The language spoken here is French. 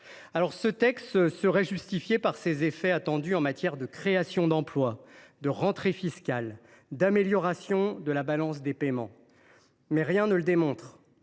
? Ce texte serait justifié par ses effets attendus en matière de création d’emplois, de rentrées fiscales et d’amélioration de la balance des paiements, mais rien ne le démontre.